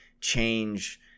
change